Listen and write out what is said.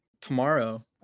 tomorrow